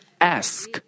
ask